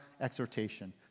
exhortation